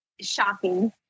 shocking